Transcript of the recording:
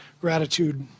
gratitude